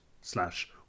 slash